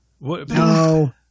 No